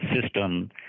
system